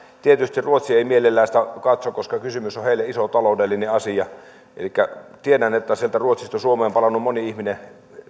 tietysti ruotsi ei mielellään sitä katso koska kysymys on heille iso taloudellinen asia elikkä tiedän että sieltä ruotsista suomeen on palannut moni ihminen